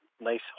nice